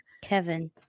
Kevin